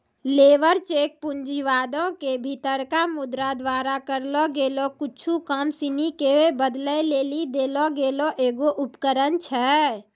labour cheque पूँजीवादो के भीतरका मुद्रा द्वारा करलो गेलो कुछु काम सिनी के बदलै लेली देलो गेलो एगो उपकरण छै